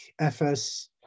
FS